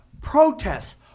protests